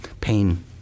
pain